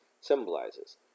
symbolizes